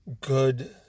good